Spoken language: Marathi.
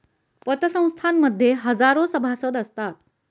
पतसंस्थां मध्ये हजारो सभासद असतात